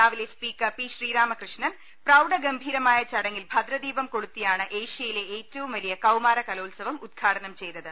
രാവിലെ speaker P Sreeramakrishnan പ്രൌഢഗംഭീരമായ ചട ങ്ങിൽ ഭദ്രദീപം കൊളുത്തിയാണ് ഏഷ്യയിലെ ഏറ്റവും വലിയ കൌമാര കലോത്സവം ഉദ്ഘാടനം ചെയ്തത്